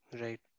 right